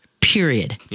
period